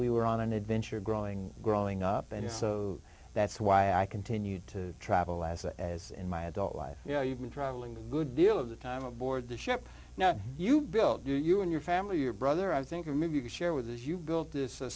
we were on an adventure growing growing up and so that's why i continued to travel as a as in my adult life yeah you've been traveling a good deal of the time aboard the ship now you built do you and your family your brother i'm thinking maybe you could share with as you build this a